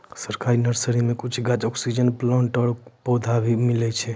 सरकारी नर्सरी मॅ कुछ गाछ, ऑक्सीजन प्लांट आरो फ्री पौधा भी मिलै छै